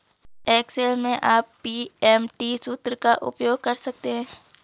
Excel में आप PMT सूत्र का उपयोग कर सकते हैं